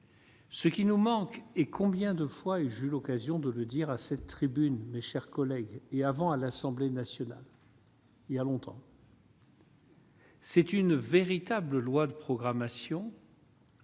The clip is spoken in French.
Ce qui nous manque et combien de fois et Jules, occasion de le dire à cette tribune, mes chers collègues, et avant, à l'Assemblée nationale. Il y a longtemps. C'est une véritable loi de programmation.